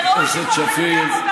זה ראוי שכל